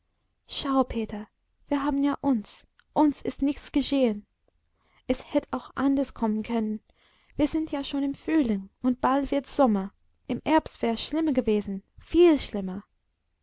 peter wir haben ja uns uns ist nichts geschehen es hätt auch anders kommen können wir sind ja schon im frühling und bald wird's sommer im herbst wär's schlimmer gewesen viel schlimmer